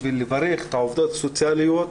בשביל לברך את העובדות הסוציאליות,